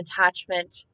attachment